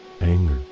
anger